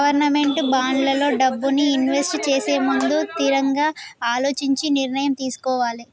government బాండ్లల్లో డబ్బుని invest చేసేముందు తిరంగా అలోచించి నిర్ణయం తీసుకోవాలే